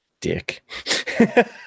Dick